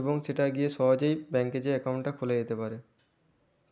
এবং সেটা গিয়ে সহজেই ব্যাংকে যেয়ে অ্যাকাউন্টটা খোলা যেতে পারে